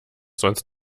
sonst